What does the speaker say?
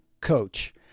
coach